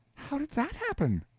how did that happen?